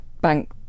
bank